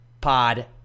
pod